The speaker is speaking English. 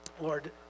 Lord